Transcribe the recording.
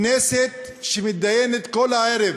כנסת שמידיינת כל הערב